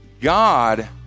God